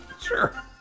Sure